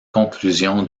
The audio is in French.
conclusion